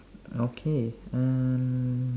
okay uh